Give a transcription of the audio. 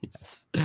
Yes